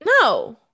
No